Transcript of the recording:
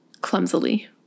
clumsily